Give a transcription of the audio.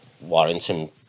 Warrington